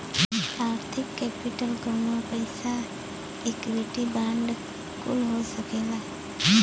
आर्थिक केपिटल कउनो पइसा इक्विटी बांड कुल हो सकला